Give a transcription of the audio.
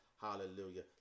Hallelujah